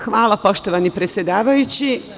Hvala, poštovani predsedavajući.